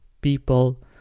people